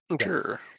sure